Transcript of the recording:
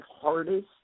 hardest